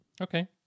Okay